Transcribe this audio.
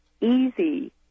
easy